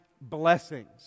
blessings